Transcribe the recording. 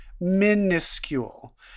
Minuscule